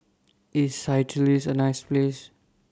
IS Seychelles A nice Place